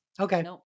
Okay